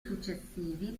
successivi